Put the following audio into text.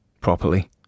properly